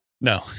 No